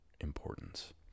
importance